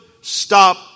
stop